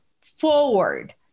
forward